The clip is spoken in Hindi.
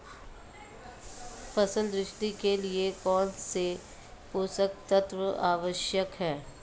फसल वृद्धि के लिए कौनसे पोषक तत्व आवश्यक हैं?